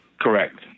Correct